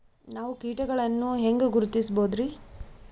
ನಾವು ಕೀಟಗಳನ್ನು ಹೆಂಗ ಗುರುತಿಸಬೋದರಿ?